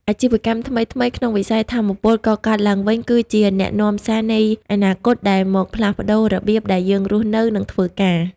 អាជីវកម្មថ្មីៗក្នុងវិស័យថាមពលកកើតឡើងវិញគឺជា "អ្នកនាំសារនៃអនាគត" ដែលមកផ្លាស់ប្តូររបៀបដែលយើងរស់នៅ និងធ្វើការ។